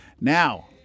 Now